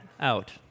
out